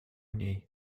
niej